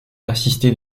assisté